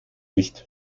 nicht